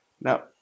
Now